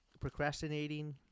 procrastinating